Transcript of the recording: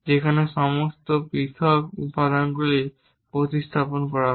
যেখানে এই সমস্ত পৃথক উপাদানগুলি উপস্থাপন করা হয়